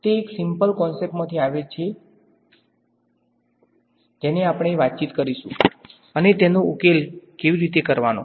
તે એક સીમપ્લ કોન્સેપ્ટમાથી આવે છે જેની આપણે વાતચીત કરીશુ અને તેને ઉકેલ કેવી રીતે કરવાનો